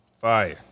Fire